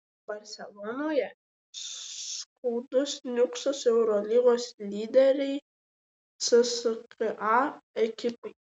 barselonoje skaudus niuksas eurolygos lyderei cska ekipai